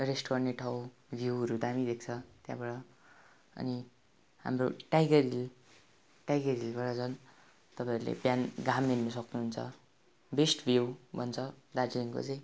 rest गर्ने ठाउँ भ्यूहरू दामी देख्छ त्यहाँबाट अनि हाम्रो टाइगर हिल टाइगर हिलबाट झन् तपाईँहरूले बिहान घाम हेर्नु सक्नुहुन्छ बेस्ट भ्यू भन्छ दार्जिलिङको चाहिँ